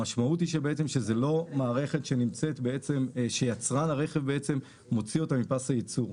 המשמעות היא שזה לא מערכת שיצרן הרכב מוציא אותה מפס הייצור.